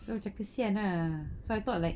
so macam kesian lah so I thought like